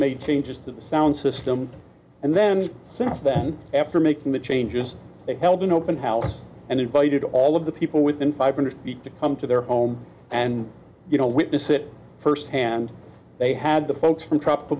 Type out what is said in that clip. made changes to the sound system and then since then after making the changes they held an open house and invited all of the people within five hundred feet to come to their home and you know witness it firsthand they had the folks from tropical